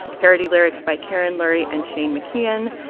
parody lyrics by karen lurie and shane mckeon.